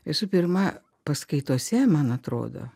visų pirma paskaitose man atrodo